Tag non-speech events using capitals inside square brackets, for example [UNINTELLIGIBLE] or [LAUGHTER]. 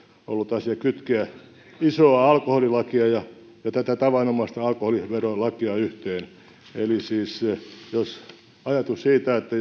ollut asia kytkeä isoa alkoholilakia ja tätä tavanomaista alkoholiverolakia yhteen eli ajatus siitä että [UNINTELLIGIBLE]